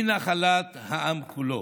היא נחלת העם כולו,